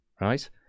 Right